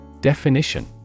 Definition